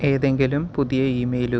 ഏതെങ്കിലും പുതിയ ഇമെയിലുകൾ